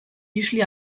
usually